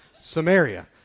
Samaria